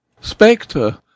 Spectre